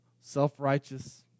self-righteous